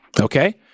Okay